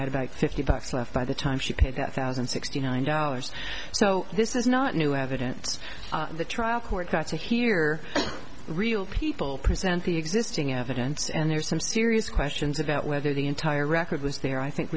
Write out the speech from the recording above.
about fifty bucks left by the time she paid that thousand and sixty nine dollars so this is not new evidence the trial court got to hear real people present the existing evidence and there's some serious questions about whether the entire record was there i think